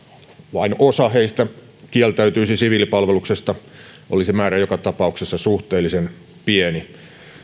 vain osa heistä kieltäytyisi siviilipalveluksesta olisi määrä joka tapauksessa suhteellisen pieni